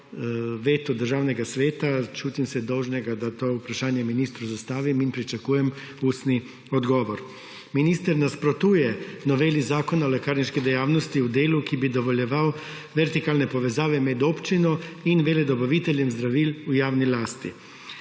vetu Državnega sveta, se čutim dolžnega, da to vprašanje ministru zastavim in pričakujem ustni odgovor. Minister nasprotuje noveli Zakona o lekarniški dejavnosti v delu, ki bi dovoljeval vertikalne povezave med občino in veledobaviteljem zdravil v javni lasti.